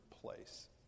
place